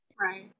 Right